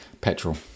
petrol